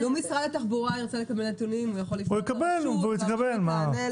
לו משרד התחבורה ירצה לקבל נתונים הוא יכול לפנות לרשות והרשות תענה לו.